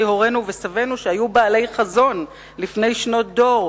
הורינו וסבינו שהיו בעלי חזון לפני שנות דור,